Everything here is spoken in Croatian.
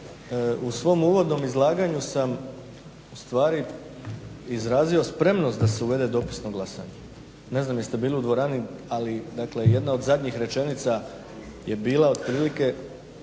u svom uvodnom izlaganju sam ustvari izrazio spremnost da se uvede dopisno glasanje. Ne znam jeste bili u dvorani, ali dakle jedna od zadnjih rečenica je bila otprilike,